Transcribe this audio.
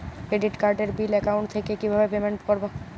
Credit কার্ডের bill account থেকে কিভাবে পেমেন্ট করবো?